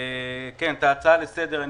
את ההצעה לסדר אני